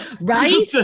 right